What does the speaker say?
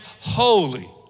holy